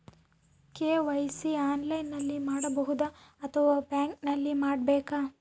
KYC ಆನ್ಲೈನಲ್ಲಿ ಮಾಡಬಹುದಾ ಅಥವಾ ಬ್ಯಾಂಕಿನಲ್ಲಿ ಮಾಡ್ಬೇಕಾ?